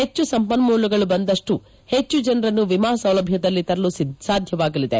ಹೆಚ್ಚು ಸಂಪನ್ನೂಲಗಳು ಬಂದಪ್ಲು ಹೆಚ್ಚು ಜನರನ್ನು ವಿಮಾ ಸೌಲಭ್ಯದಲ್ಲಿ ತರಲು ಸಾಧ್ಯವಾಗಲಿದೆ